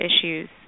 issues